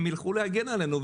הם יילכו להגן עלינו,